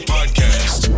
Podcast